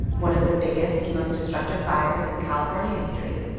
one of the biggest most destructive fires in california history.